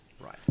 Right